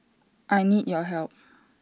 I need your help